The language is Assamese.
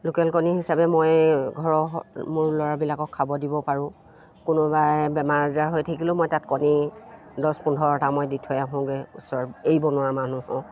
লোকেল কণী হিচাপে মই ঘৰৰ মোৰ ল'ৰাবিলাকক খাব দিব পাৰোঁ কোনোবাই বেমাৰ আজাৰ হৈ থাকিলেও মই তাত কণী দহ পোন্ধৰটা মই দি থৈ আহোঁগৈ ওচৰৰ এই বনোৱাৰ মানুহক